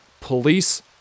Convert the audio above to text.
police